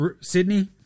Sydney